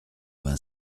vingt